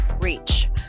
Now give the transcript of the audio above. Reach